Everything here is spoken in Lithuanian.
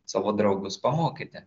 savo draugus pamokyti